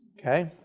okay.